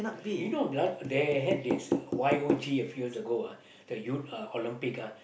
you know last they had this Y_O_G a few years ago ah the Youth uh Olympic ah